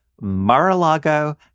Mar-a-Lago